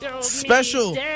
special